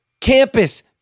campus